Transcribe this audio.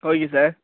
okay sir